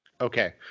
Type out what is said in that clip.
okay